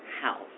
House